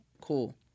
cool